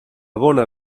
bona